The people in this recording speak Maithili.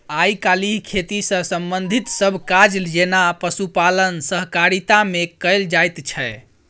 आइ काल्हि खेती सँ संबंधित सब काज जेना पशुपालन सहकारिता मे कएल जाइत छै